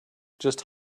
just